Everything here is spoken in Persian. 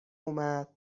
اومد